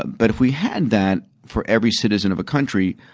but, if we had that for every citizen of a country,